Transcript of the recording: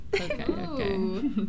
Okay